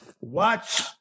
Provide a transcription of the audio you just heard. watch